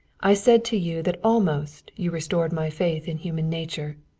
i said to you that almost you restored my faith in human nature.